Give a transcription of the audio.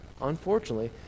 unfortunately